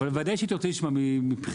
אבל בוודאי שנרצה לשמוע מבחינתכם,